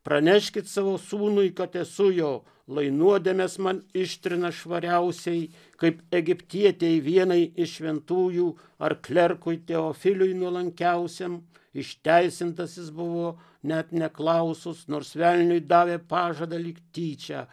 praneškit savo sūnui kad esu jo lai nuodėmės man ištrina švariausiai kaip egiptietei vienai iš šventųjų ar klerkui teofiliui nuolankiausiam išteisintas jis buvo net neklausus nors velniui davė pažadą lyg tyčia